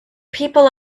people